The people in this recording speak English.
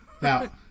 Now